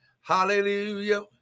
Hallelujah